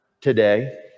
today